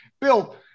Bill